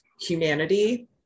humanity